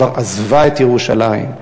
כבר עזבה את ירושלים,